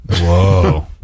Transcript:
Whoa